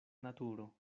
naturo